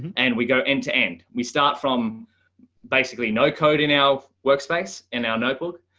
and we go into end we start from basically no coding our workspace and our notebook.